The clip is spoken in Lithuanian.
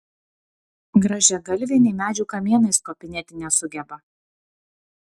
grąžiagalvė nė medžių kamienais kopinėti nesugeba